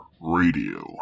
Radio